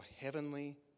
heavenly